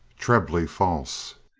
trebly false.